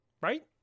Right